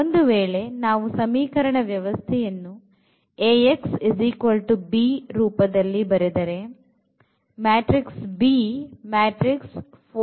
ಒಂದು ವೇಳೆ ನಾವು ಸಮೀಕರಣ ವ್ಯವಸ್ಥೆಯನ್ನು Ax b ರೂಪದಲ್ಲಿ ಬರೆದರೆ b 4 7 9 ಆಗುತ್ತದೆ